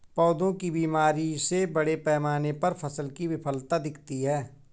पौधों की बीमारी से बड़े पैमाने पर फसल की विफलता दिखती है